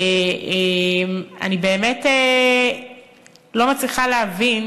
אני באמת לא מצליחה להבין.